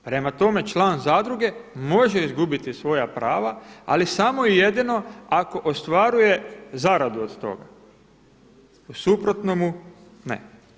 Prema tome, član zadruge može izgubiti svoja prava ali samo i jedino ako ostvaruje zaradu od toga, u suprotnomu ne.